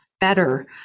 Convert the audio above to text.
better